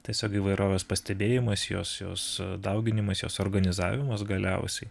tiesiog įvairovės pastebėjimas jos jos dauginimas jos organizavimas galiausiai